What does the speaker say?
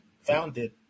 founded